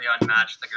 unmatched